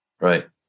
Right